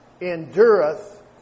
endureth